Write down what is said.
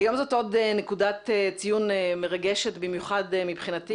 היום זאת עוד נקודת ציון מרגשת במיוחד מבחינתי,